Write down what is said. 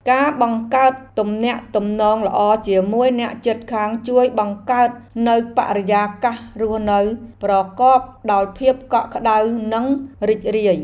ការបង្កើតទំនាក់ទំនងល្អជាមួយអ្នកជិតខាងជួយបង្កើតនូវបរិយាកាសរស់នៅប្រកបដោយភាពកក់ក្តៅនិងរីករាយ។